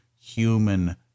human